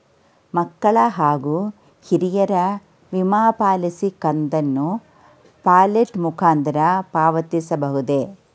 ಮಕ್ಕಳ ಹಾಗೂ ಹಿರಿಯರ ವಿಮಾ ಪಾಲಿಸಿ ಕಂತನ್ನು ವ್ಯಾಲೆಟ್ ಮುಖಾಂತರ ಪಾವತಿಸಬಹುದೇ?